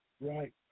Right